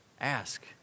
ask